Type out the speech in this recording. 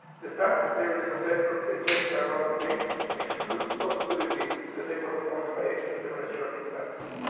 the fact that there is no bedrock ejecta around the bays excludes the possibility that they were formed by extraterrestrial impacts.